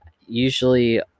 Usually